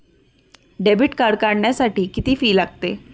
Debit card काढण्यासाठी किती fee लागते?